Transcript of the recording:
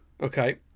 Okay